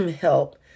help